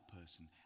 person